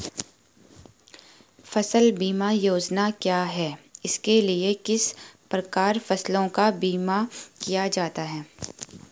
फ़सल बीमा योजना क्या है इसके लिए किस प्रकार फसलों का बीमा किया जाता है?